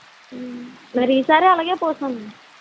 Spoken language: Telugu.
మరి ఈసారి అలాగే పోస్తాను